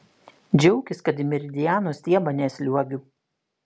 džiaukis kad į meridiano stiebą nesliuogiu